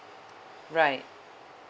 right